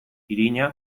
irina